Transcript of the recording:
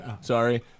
Sorry